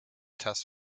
test